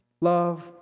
love